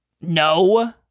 No